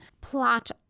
plot